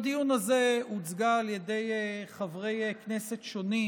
בדיון הזה הוצגה על ידי חברי כנסת שונים,